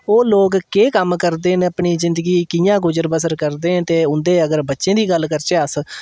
ओह् लोक केह् कम्म करदे न अपनी ज़िन्दगी कि'यां गुजर बसर करदे न ते उ'न्दे अगर बच्चें दी गल्ल करचै अगर अस